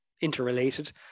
interrelated